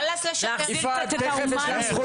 מה לעשות ש- יפעת, תיכף יש לך זכות דיבור.